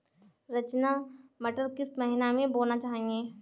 रचना मटर किस महीना में बोना चाहिए?